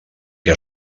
que